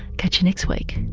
catch you next week